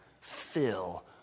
fill